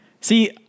See